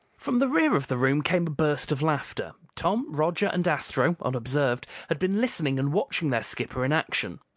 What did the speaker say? from the rear of the room came a burst of laughter. tom, roger, and astro, unobserved, had been listening and watching their skipper in action.